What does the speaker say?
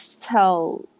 tell